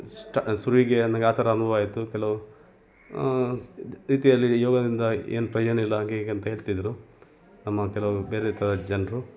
ಸ್ಟ ಶುರುವಿಗೆ ನಂಗೆ ಆ ಥರ ಅನುಭವ ಆಯಿತು ಕೆಲವು ರೀತಿಯಲ್ಲಿ ಯೋಗದಿಂದ ಏನು ಪ್ರಯೋಜನ ಇಲ್ಲ ಹಾಗೆ ಹೀಗೆ ಅಂತ ಹೇಳ್ತಿದ್ದರು ನಮ್ಮ ಕೆಲವು ಬೇರೆ ಥರದ್ ಜನರು